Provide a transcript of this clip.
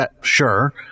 sure